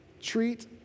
Treat